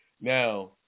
Now